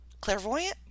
clairvoyant